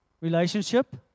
Relationship